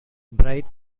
bright